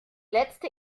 letzte